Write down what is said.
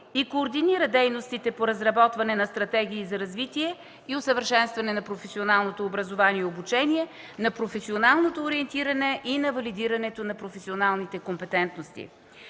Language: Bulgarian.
и координира дейностите по разработване на стратегии за развитие и усъвършенстване на професионалното образование и обучение, на професионалното ориентиране и на валидирането на професионалните компетентности,